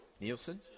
Nielsen